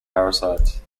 parasites